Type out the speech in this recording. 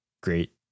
great